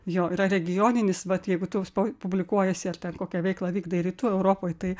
jo yra regioninis vat jeigu tu publikuojiesi ar ten kokią veiklą vykdai rytų europoj tai